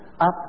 up